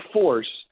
force